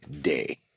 day